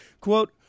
quote